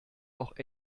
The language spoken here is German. auch